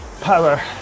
power